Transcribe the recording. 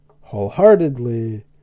wholeheartedly